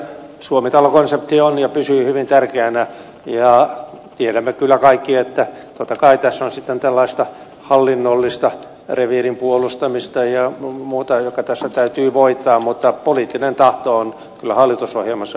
suomi talo konsepti on ja pysyy hyvin tärkeänä ja tiedämme kyllä kaikki että totta kai tässä on sitten tällaista hallinnollista reviirin puolustamista ja muuta joka tässä täytyy voittaa mutta poliittinen tahto on kyllä hallitusohjelmassa määritelty